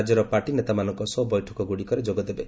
ରାଜ୍ୟର ପାର୍ଟି ନେତାମାନଙ୍କ ସହ ବୈଠକଗୁଡ଼ିକରେ ଯୋଗଦେବେ